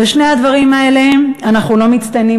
בשני הדברים האלה אנחנו לא מצטיינים,